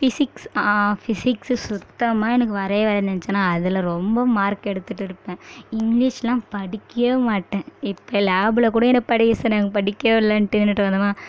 physics physics சுத்தமாக எனக்கு வரவே வரான்னு நினச்சன்னா அதில் ரொம்ப மார்க் எடுத்துகிட்டு இருப்பேன் இங்கிலீஷ்லாம் படிக்கவே மாட்டேன் இப்போ லேபில் கூட என்னையை படிக்க சொன்னாங்க படிக்கவே இல்லைன்ட்டு நின்னுட்டு வந்தேன்னா